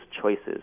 choices